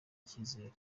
icyizere